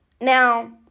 Now